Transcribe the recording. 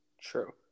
True